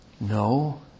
no